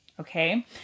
Okay